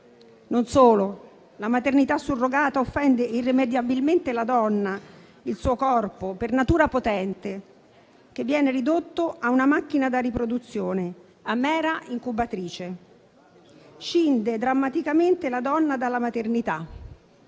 Non solo. La maternità surrogata offende irrimediabilmente la donna, il suo corpo per natura potente, che viene ridotto a una macchina da riproduzione, a mera incubatrice. Scinde drammaticamente la donna dalla maternità